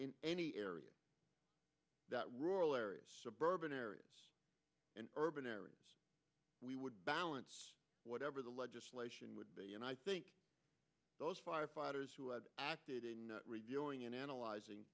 in any area that rural areas suburban areas and urban areas we would balance whatever the legislation would be and i think those firefighters who acted in reviewing and analyzing